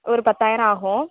ஒரு பத்தாயிரம் ஆகும்